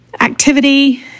activity